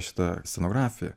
šita scenografija